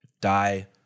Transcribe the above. die